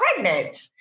pregnant